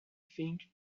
think